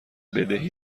بدهی